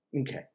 Okay